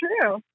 true